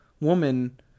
woman